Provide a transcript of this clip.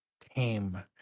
tame